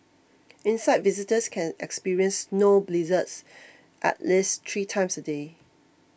inside visitors can experience snow blizzards at least three times a day